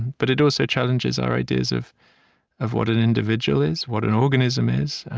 but it also challenges our ideas of of what an individual is, what an organism is,